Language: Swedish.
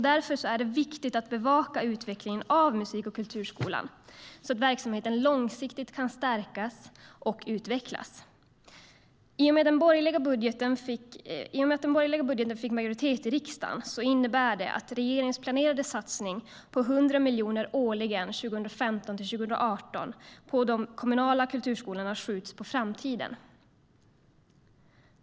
Därför är det viktigt att bevaka utvecklingen av musik och kulturskolan så att verksamheten långsiktigt kan stärkas och utvecklas.I och med att den borgerliga budgeten fick majoritet i riksdagen skjuts regeringens planerade satsning på 100 miljoner årligen 2015-2018 till de kommunala kulturskolorna på framtiden.